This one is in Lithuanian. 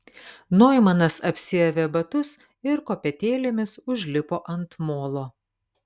noimanas apsiavė batus ir kopėtėlėmis užlipo ant molo